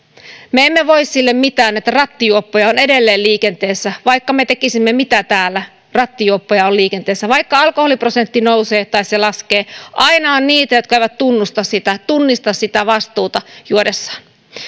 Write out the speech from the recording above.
me emme voi sille mitään että rattijuoppoja on edelleen liikenteessä vaikka me tekisimme mitä täällä rattijuoppoja on liikenteessä vaikka alkoholiprosentti nousee tai se laskee aina on niitä jotka eivät tunnista sitä vastuuta juodessaan